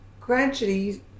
gradually